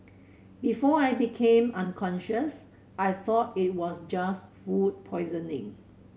before I became unconscious I thought it was just food poisoning